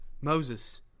Moses